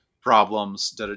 problems